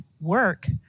work